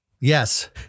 Yes